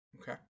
Okay